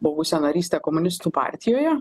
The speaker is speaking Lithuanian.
buvusią narystę komunistų partijoje